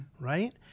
Right